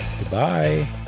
goodbye